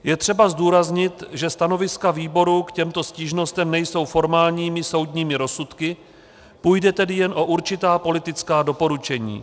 Je třeba zdůraznit, že stanoviska výboru k těmto stížnostem nejsou formálními soudními rozsudky, půjde tedy jen o určitá politická doporučení.